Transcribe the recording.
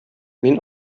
мин